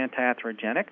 antiatherogenic